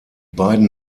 beiden